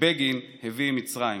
שבגין הביא עם מצרים.